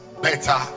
better